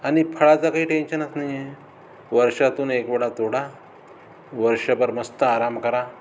आणि फळाचा काही टेन्शनच नाही आहे वर्षातून एकवेळा तोडा वर्षभर मस्त आराम करा